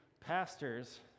pastors